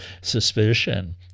suspicion